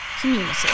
community